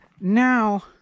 now